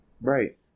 right